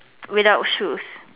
without shoes